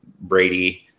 Brady